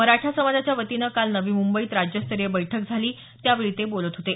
मराठा समाजाच्या वतीनं काल नवी मुंबईत राज्यस्तरीय बैठक झाली त्यावेळी ते बोलत होते